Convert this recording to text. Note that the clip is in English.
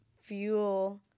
fuel